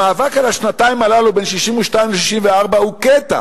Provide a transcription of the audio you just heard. המאבק על השנתיים הללו, בין 62 ל-64, הוא קטע,